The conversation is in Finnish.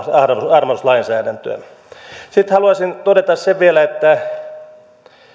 armahduslainsäädäntöä sitten haluaisin todeta sen vielä että